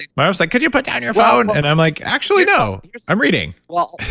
mostly, could you put down your phone? and i'm like, actually, no i'm reading. well,